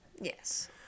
Yes